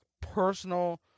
personal